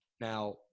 Now